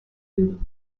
beauty